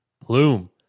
plume